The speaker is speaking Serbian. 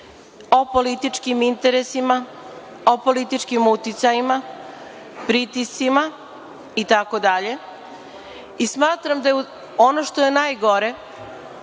o političkim interesima, o političkim uticajima, pritiscima, itd. Smatram da ono što je najgore